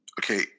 Okay